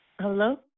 Hello